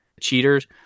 cheaters